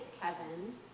Kevin